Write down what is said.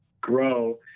grow